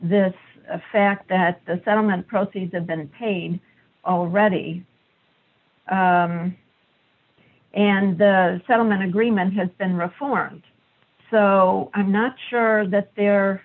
the fact that the settlement proceeds have been paid already and the settlement agreement has been reformed so i'm not sure that they're